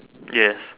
yes